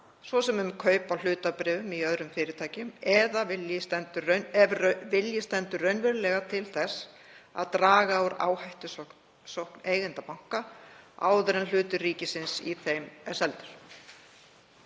svo sem um kaup á hlutabréfum í öðrum fyrirtækjum, ef vilji stendur raunverulega til þess að draga úr áhættusókn eigenda banka áður en hlutur ríkisins í þeim er seldur.